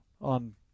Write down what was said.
on